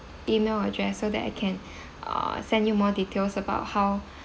email address so that I can uh send you more details about how